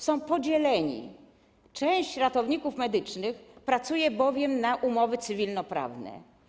Są podzieleni, część ratowników medycznych pracuje bowiem na umowach cywilnoprawnych.